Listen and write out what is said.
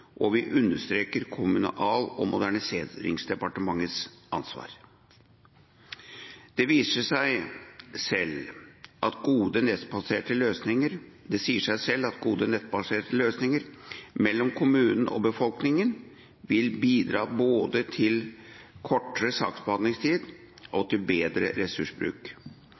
og vi understreker Kommunal- og moderniseringsdepartementets ansvar. Det sier seg selv at gode nettbaserte løsninger mellom kommunen og befolkningen vil bidra både til kortere saksbehandlingstid og til bedre ressursbruk.